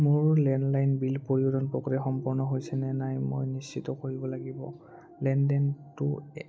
মোৰ landline bill পৰিশোধ প্ৰক্ৰিয়া সম্পন্ন হৈছে নে নাই মই নিশ্চিত কৰিব লাগিব লেনদেনটো